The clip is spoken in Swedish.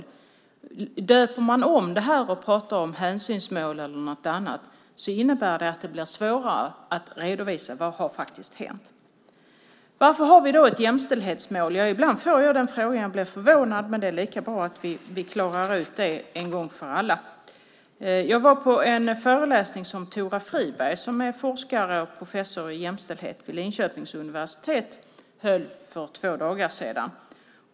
Om detta döps om och man i stället pratar om hänsynsmål eller något annat innebär det att det blir svårare att redovisa vad som faktiskt har hänt. Varför har vi då ett jämställdhetsmål? Ibland får jag den frågan. Jag blir förvånad, men det är lika bra att vi klarar ut det en gång för alla. Jag var på en föreläsning som Tora Friberg, forskare och professor i jämställdhet vid Linköpings universitet, höll för två dagar sedan.